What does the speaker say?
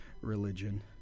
religion